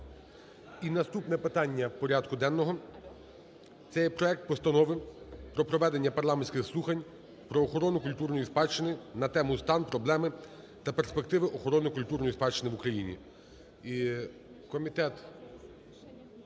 І наступне питання порядку денного – це є проект Постанови про проведення парламентських слухань про охорону культурної спадщини на тему: "Стан, проблеми та перспективи охорони культурної спадщини в Україні".